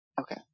Okay